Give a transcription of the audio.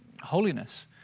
holiness